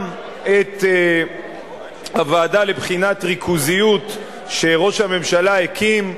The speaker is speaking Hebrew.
גם את הוועדה לבחינת ריכוזיות שראש הממשלה הקים,